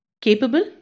Capable